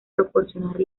proporcionar